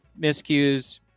miscues